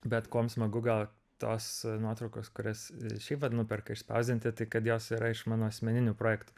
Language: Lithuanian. bet kuom smagu gal tos nuotraukos kurias šiaip vat nuperka išspausdinti tai kad jos yra iš mano asmeninių projektų